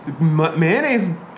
mayonnaise